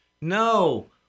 No